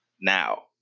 Now